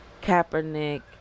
kaepernick